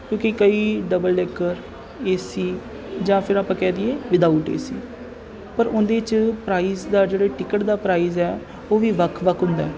ਕਿਉਂਕਿ ਕਈ double decker A C ਜਾਂ ਫਿਰ ਆਪਾਂ ਕਹਿ ਦੇਈਏ ਵਿਦਾਊਟ ਏ ਸੀ ਪਰ ਉਹਦੇ 'ਚ ਪ੍ਰਾਈਜ ਦਾ ਜਿਹੜੇ ਟਿਕਟ ਦਾ ਪ੍ਰਾਈਜ ਆ ਉਹ ਵੀ ਵੱਖ ਵੱਖ ਹੁੰਦਾ